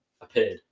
appeared